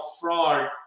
fraud